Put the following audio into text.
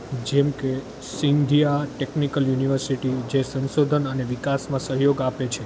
જેમ કે Scindia technical university જે સંશોધન અને વિકાસમાં સહયોગ આપે છે